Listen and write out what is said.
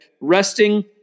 resting